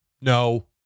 No